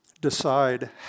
decide